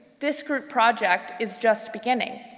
this group project is just beginning.